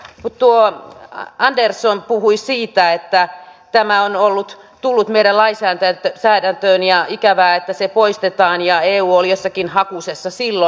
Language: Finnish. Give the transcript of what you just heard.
tuo andersson puhui siitä että tämä on tullut meidän lainsäädäntöön ja ikävää että se poistetaan ja eu oli jossakin hakusessa silloin